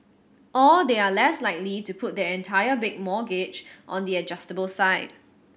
or they are less likely to put their entire big mortgage on the adjustable side